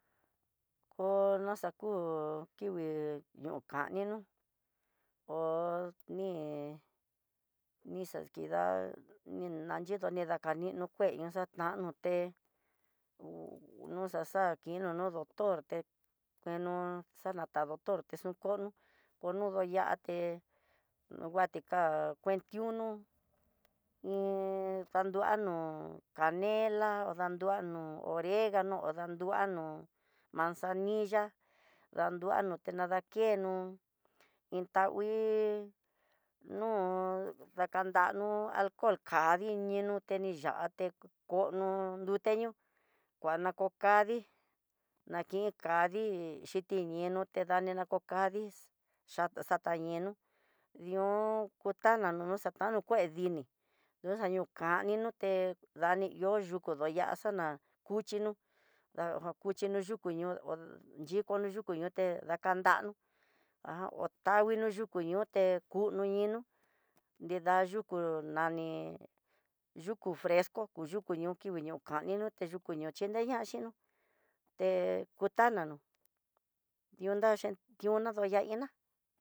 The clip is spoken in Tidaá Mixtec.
Konaxaku kingui ñokanino hó ni nixakida, ninanyidoni nika kanino kué, nixantano té ku noxaxa kino no doctor té kueno xanaxa doctor té, kueno xanaxa doctorte xunkono kono no yaté, nonguate ka'á kuenti uno iin dandua no'ó kanela dandua no'o, oregano dandueno, manzanilla dandua no'ó ta danakeno iin tagui no dakantano, alcol kadii niuté niya'áte kono nrute ñoo kuana kuxadii, nakin kadii xhiti iñoté dani na ku kadii xata xatañenu ihon kutana nonoxatano kué dini ñoxanu kaninó te dani ihó yuku ndoí ya'á xana kuchinó dani nute dani iho yuku ndoyaxana, kuchino dajano kuxhi ñoo dikono yuku ñoté, dakanta ho tanguinó yuku ñote kúño ñinó nrida yuku nani, yuku fresco ku yuku ñoo kingui ñoo kani note yukuño xhineñaxi nó té kutana nó dion daxe kiuna yundan iná.